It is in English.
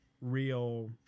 real